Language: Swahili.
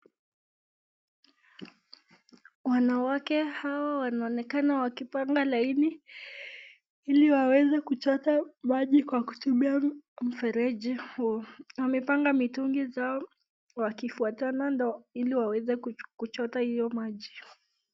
Wanawake hao wanaonekana wakipanga laini ili waweze kuchota maji kwa kutumia mfereji huu. Amepanga mitungi zao wakifuatana ili waweze kuchota hiyo maji.